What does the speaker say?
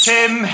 Tim